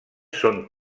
són